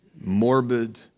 morbid